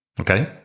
Okay